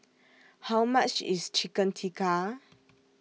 How much IS Chicken Tikka